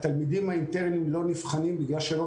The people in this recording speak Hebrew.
התלמידים האינטרניים לא נבחנים בגלל שלא